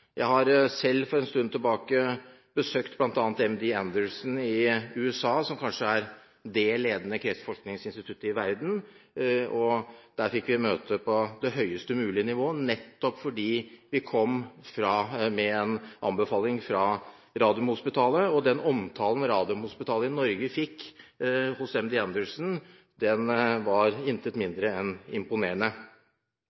Jeg har selv for en tid tilbake besøkt bl.a. MD Anderson i USA, som kanskje er det ledende kreftforskningsinstituttet i verden, og der fikk vi møte på det høyest mulige nivå – nettopp fordi vi kom med en anbefaling fra Radiumhospitalet. Den omtalen Radiumhospitalet i Norge fikk hos MD Anderson, var intet